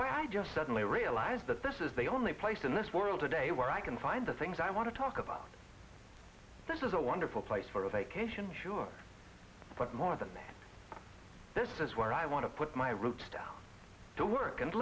but i just suddenly realize that this is the only place in this world today where i can find the things i want to talk about this is a wonderful place for a vacation sure but more than that this is where i want to put my roots down to work and